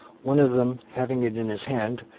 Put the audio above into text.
one of them having it in his hand,